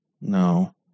No